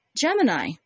Gemini